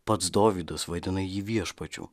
pats dovydas vadina jį viešpačiu